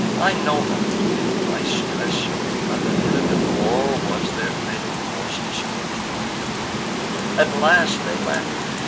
i know not, if by stress of weather driv'n, or was their fatal course dispos'd by heav'n at last they landed,